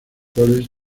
cuales